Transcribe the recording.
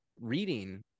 reading